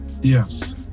Yes